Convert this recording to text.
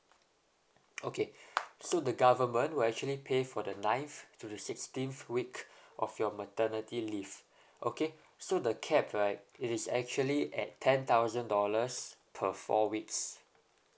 okay so the government will actually pay for the lninth to the sixteenth week of your maternity leave okay so the cap right it is actually at ten thousand dollars per four weeks